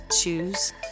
choose